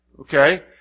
Okay